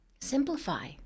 simplify